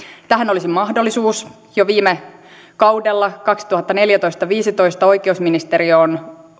tähän olisi mahdollisuus jo viime kaudella kaksituhattaneljätoista viiva kaksituhattaviisitoista oikeusministeriö on